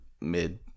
mid